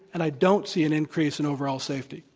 and i don't see an increase in overall safety.